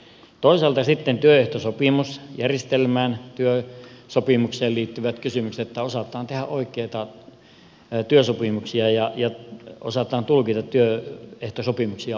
toisaalta sitten ovat työehtosopimusjärjestelmään työsopimukseen liittyvät kysymykset niin että osataan tehdä oikeita työsopimuksia ja osataan tulkita työehtosopimuksia oikein